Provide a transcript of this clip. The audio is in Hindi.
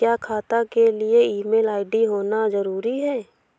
क्या खाता के लिए ईमेल आई.डी होना जरूरी है?